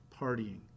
partying